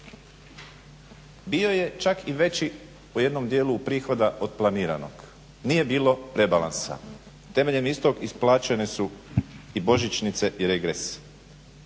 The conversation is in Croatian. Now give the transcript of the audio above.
bio je čak i veći u jednom dijelu prihoda od planiranog. Nije bilo rebalansa. Temeljem istog isplaćene su i božićnice i regresi.